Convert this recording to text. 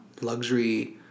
luxury